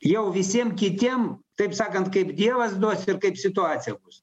jau visiem kitiem taip sakant kaip dievas duos ir kaip situacija bus